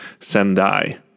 Sendai